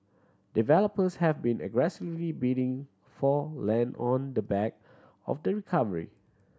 developers have been aggressively bidding for land on the back of the recovery